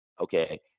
okay